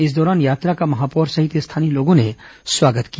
इस दौरान यात्रा का महापौर सहित स्थानीय लोगों ने स्वागत किया